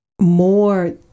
more